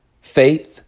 faith